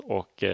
och